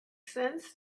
sense